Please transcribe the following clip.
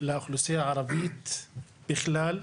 לאוכלוסייה הערבית בכלל,